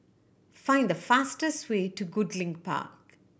find the fastest way to Goodlink Park